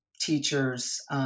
teachers